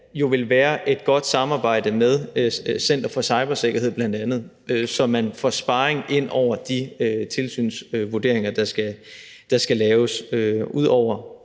vil være et godt samarbejde med bl.a. Center for Cybersikkerhed, så man får sparring i forbindelse med de tilsynsvurderinger, der skal laves. Ud over